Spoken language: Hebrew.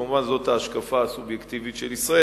כמובן, זאת ההשקפה הסובייקטיבית של ישראל.